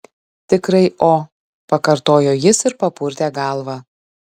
tikrai o pakartojo jis ir papurtė galvą